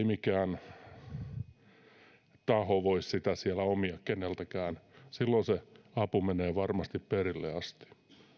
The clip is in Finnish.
mikään taho siellä omia keneltäkään silloin se apu menee varmasti perille asti